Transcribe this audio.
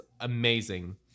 amazing